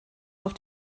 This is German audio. auf